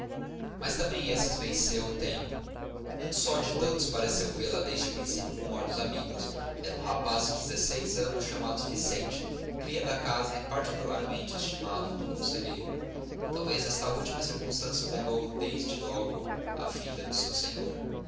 mas também a esses venceu o tempo um só de tantos pareceu vê-la desde princípio com olhos amigos era um rapaz de anos chamado vicente cria da casa e particularmente estimado do conselheiro talvez esta última circunstância o ligou desde logo à filha do seu senhor